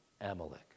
Amalek